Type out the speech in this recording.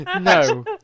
no